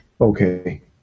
Okay